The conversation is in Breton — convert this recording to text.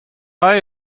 rae